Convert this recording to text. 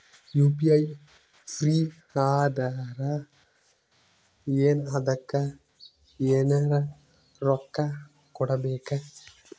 UPI free ಅದಾರಾ ಏನ ಅದಕ್ಕ ಎನೆರ ರೊಕ್ಕ ಕೊಡಬೇಕ?